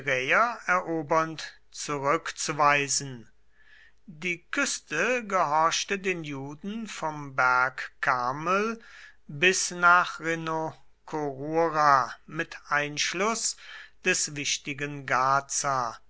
erobernd zurückzuweisen die küste gehorchte den juden vom berg karmel bis nach rhinokorura mit einschluß des wichtigen gaza